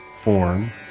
form